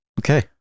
Okay